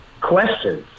Questions